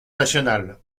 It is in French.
national